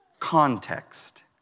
context